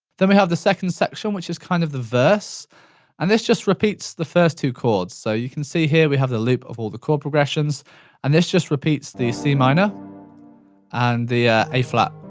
then we have the second section which is kind of the verse and this just repeats the first two chords. so you can see here we have the loop of all the chord progressions and this just repeats the c minor and the ah a flat.